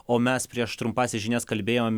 o mes prieš trumpąsias žinias kalbėjom